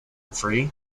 free